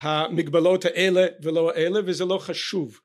המגבלות האלה ולא האלה וזה לא חשוב